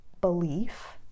belief